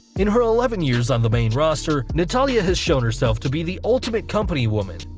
in her eleven years on the main roster, natalya has shown herself to be the ultimate company woman,